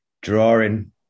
drawing